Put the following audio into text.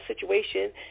situation